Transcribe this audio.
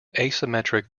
asymmetric